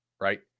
Right